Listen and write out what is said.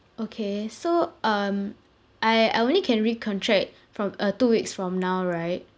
okay so um I I only can recontract from uh two weeks from now right